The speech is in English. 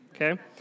Okay